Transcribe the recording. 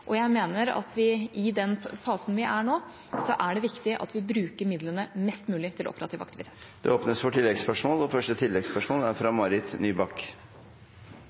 og jeg mener at i den fasen vi er nå, er det viktig at vi bruker midlene mest mulig til operativ aktivitet. Det åpnes for oppfølgingsspørsmål – først Marit Nybakk. De såkalte avbyråkratiseringstiltakene er